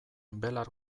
belar